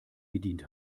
bedient